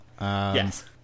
Yes